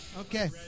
Okay